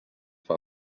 fan